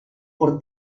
por